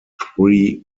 three